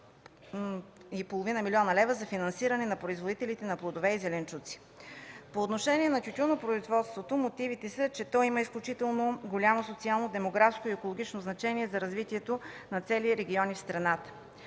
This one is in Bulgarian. и 3,5 млн. лв. за финансиране на производителите на плодове и зеленчуци. По отношение на тютюнопроизводството мотивите са, че то има изключително голямо социално, демографско и екологично значение за развитието на цели региони в страната.